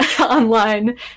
online